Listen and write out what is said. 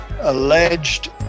alleged